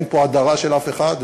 אין פה הדרה של אף אחד,